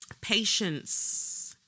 patience